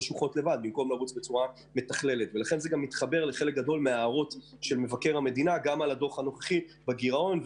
זה מתחבר לחלק גדול של הערות מבקר המדינה גם בדוח הנוכחי בגירעון,